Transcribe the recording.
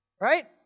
Right